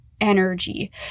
energy